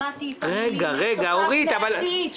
שמעתי את המלים צופה פני עתיד.